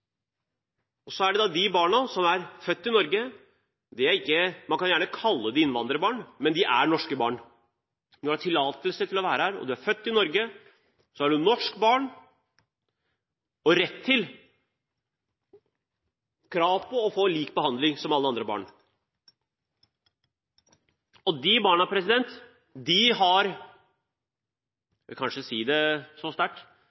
Så er det de barna som er født i Norge. Man kan gjerne kalle dem innvandrerbarn, men de er norske barn. Når man har tillatelse til å være her og man er født i Norge, er man et norsk barn og har rett til og krav på å få samme behandling som alle andre barn. Det er disse barna som Norge – jeg vil si det så sterkt